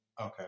Okay